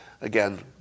Again